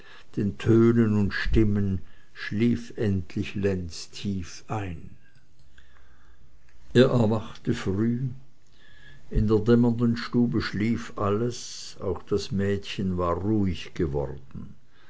den tönen und stimmen schlief endlich lenz tief ein er erwachte früh in der dämmernden stube schlief alles auch das mädchen war ruhig geworden